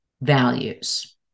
values